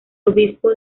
obispo